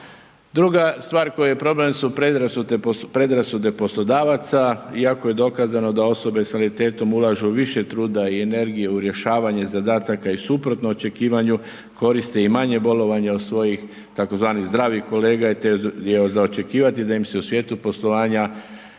Druga stvar koja je problem su predrasude poslodavaca, iako je dokazano da osobe s invaliditetom ulažu više truda i energije u rješavanje zadataka i suprotno očekivanju koriste i manje bolovanje od svojih tzv. zdravih kolega te je za očekivati da im se u svijetu poslovanja